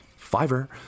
Fiverr